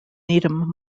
needham